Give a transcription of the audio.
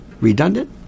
redundant